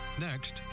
Next